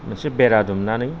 मोनसे बेरा दुमनानै